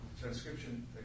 transcription